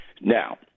Now